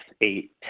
eight